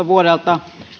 vuodelta